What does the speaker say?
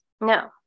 No